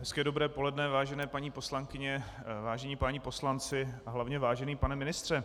Hezké dobré poledne, vážené paní poslankyně, vážení páni poslanci, hlavně vážený pane ministře.